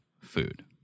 food